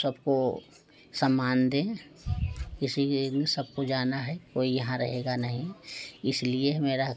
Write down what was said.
सबको सम्मान दें इसीलिए एक दिन सबको जाना है कोई यहाँ रहेगा नहीं इसलिए मेरा